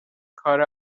کار